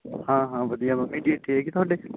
ਹਾਂ ਹਾਂ ਵਧੀਆ ਮਮੀ ਜੀ ਠੀਕ ਤੁਹਾਡੇ